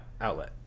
outlet